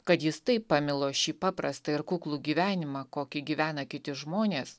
kad jis taip pamilo šį paprastą ir kuklų gyvenimą kokį gyvena kiti žmonės